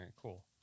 cool